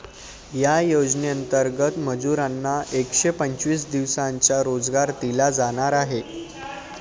या योजनेंतर्गत मजुरांना एकशे पंचवीस दिवसांचा रोजगार दिला जाणार आहे